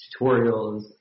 tutorials